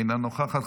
אינה נוכחת,